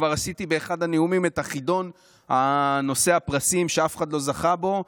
כבר עשיתי באחד הנאומים את החידון נושא הפרסים שאף אחד לא זכה בו,